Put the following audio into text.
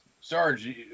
Sarge